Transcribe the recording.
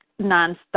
nonstop